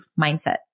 mindset